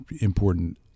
important